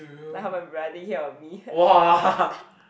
like how my brother take care of me